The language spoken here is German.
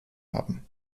haben